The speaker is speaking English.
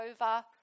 over